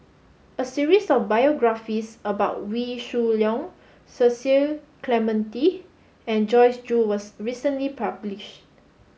a series of biographies about Wee Shoo Leong Cecil Clementi and Joyce Jue was recently published